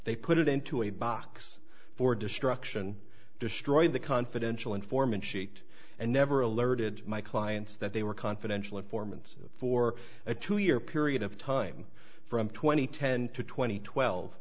they put it into a box for destruction destroy the confidential informant sheet and never alerted my clients that they were confidential informants for a two year period of time from twenty ten to twenty twelve